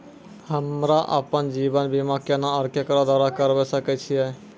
हमरा आपन जीवन बीमा केना और केकरो द्वारा करबै सकै छिये?